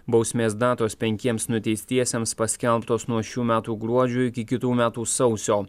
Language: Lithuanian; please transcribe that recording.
bausmės datos penkiems nuteistiesiems paskelbtos nuo šių metų gruodžio iki kitų metų sausio